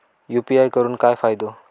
UPI करून काय फायदो?